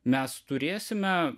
mes turėsime